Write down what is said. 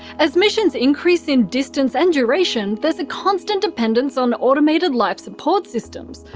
as missions increase in distance and duration, there's a constant dependence on automated life-support systems,